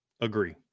Agree